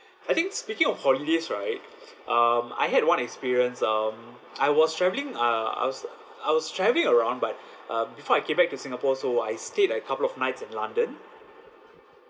I think speaking of holidays right um I had one experience um I was travelling uh I was I was traveling around but uh before I came back to singapore so I stayed like couple of nights in london